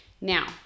Now